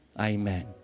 Amen